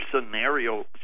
scenario